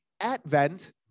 Advent